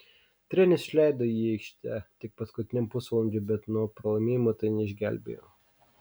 treneris išleido jį į aikštę tik paskutiniam pusvalandžiui bet nuo pralaimėjimo tai neišgelbėjo